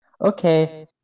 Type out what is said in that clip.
Okay